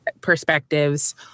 perspectives